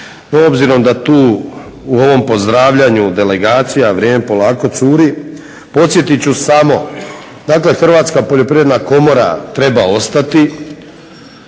obzirom da tu u ovom pozdravljanju delegacija vrijeme polako curi podsjetit ću samo dakle Hrvatska poljoprivredna komora treba ostati,